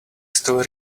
still